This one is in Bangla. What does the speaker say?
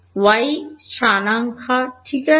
Y স্থানাঙ্ক্ষা ঠিক আছে